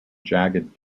jagged